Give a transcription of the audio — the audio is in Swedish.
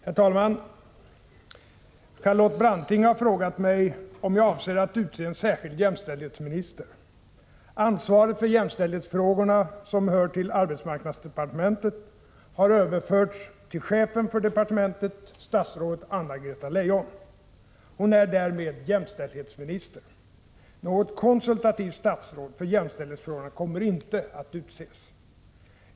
Herr talman! Charlotte Branting har frågat mig om jag avser att utse en särskild jämställdhetsminister. Ansvaret för jämställdhetsfrågorna, som hör till arbetsmarknadsdepartementet, har överförts till chefen för departementet, statsrådet Anna-Greta Leijon. Hon är därmed jämställdhetsminister. Något konsultativt statsråd för jämställdhetsfrågorna kommer inte att utses.